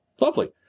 Lovely